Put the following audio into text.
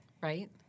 right